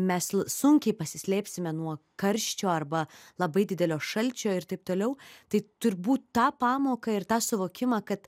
mes sunkiai pasislėpsime nuo karščio arba labai didelio šalčio ir taip toliau tai turbūt tą pamoką ir tą suvokimą kad